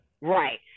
Right